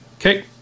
Okay